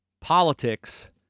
politics